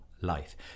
life